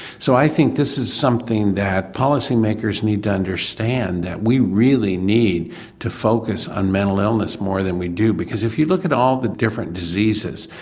so i think this is something that policy makers need to understand, that we really need to focus on mental illness more that we do because if you look at all the different diseases,